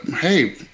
hey